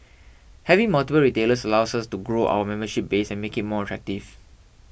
having multiple retailers allows us to grow our membership base and make it more attractive